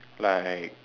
like